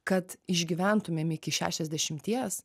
kad išgyventumėm iki šešiasdešimies